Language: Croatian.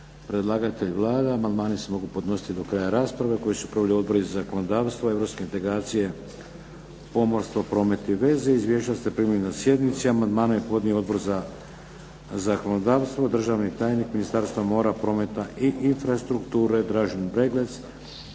Predlagatelj Vlada. Amandmani se mogu podnositi do kraja rasprave, koju su proveli odbori za zakonodavstvo, europske integracije, pomorstvo, promet i veze. Izvješća ste primili na sjednici. Amandmane je podnio Odbor za zakonodavstvo. Državni tajnik Ministarstva mora, prometa i infrastrukture Dražen Breglec